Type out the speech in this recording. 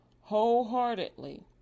Wholeheartedly